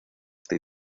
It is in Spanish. este